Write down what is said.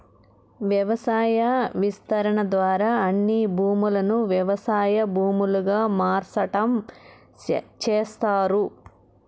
వ్యవసాయ విస్తరణ ద్వారా అన్ని భూములను వ్యవసాయ భూములుగా మార్సటం చేస్తారు